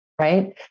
Right